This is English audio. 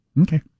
Okay